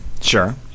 Sure